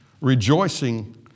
Rejoicing